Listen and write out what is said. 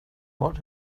what